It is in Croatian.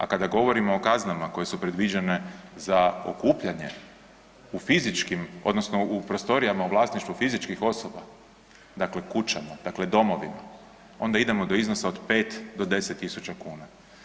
A kada govorimo o kaznama koje su predviđene za okupljanje u fizičkim odnosno u prostorijama u vlasništvu fizičkih osoba, dakle kućama, dakle domovima, onda idemo do iznosa od 5.000 do 10.000 kuna.